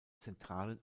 zentralen